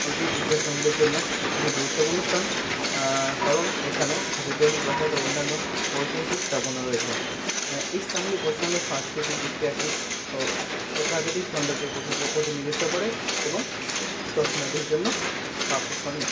এটি ইতিহাসপ্রেমীদের জন্য একটি গুরুত্বপূর্ণ স্তান কারণ এখানে হাজারদুয়ারি বা সাথে অন্যান্য ঐতিহাসিক স্তাপনও রয়েছে এই স্তানগুলি পশ্চিমবঙ্গের সাংস্কৃতিক ইতিহাসিক প্রাকৃতিক সৌন্দর্যের প্রতিনিধিত্ব করে এবং দশনাধির জন্য আকর্ষণীয়